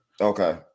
Okay